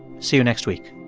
see you next week